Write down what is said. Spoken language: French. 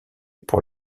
pour